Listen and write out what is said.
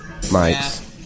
mics